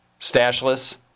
stashless